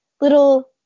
little